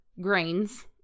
grains